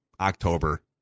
October